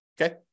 Okay